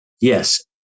Yes